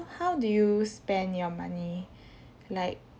how do you spend your money like